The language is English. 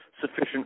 sufficient